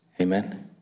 Amen